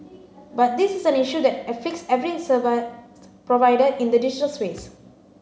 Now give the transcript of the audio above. but this is an issue that afflicts every provider in the digital space